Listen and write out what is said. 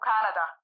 Canada